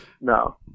no